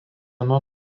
nuo